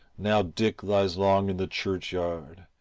now dick lies long in the churchyard,